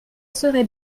serait